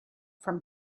from